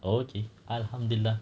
okay alhamdulillah